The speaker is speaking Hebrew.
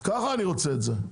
ככה אני רוצה את זה.